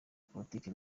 politiki